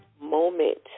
moment